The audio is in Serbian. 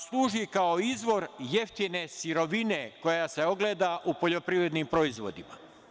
Služi kao izvor jeftine sirovine koja se ogleda u poljoprivrednim proizvodima.